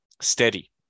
steady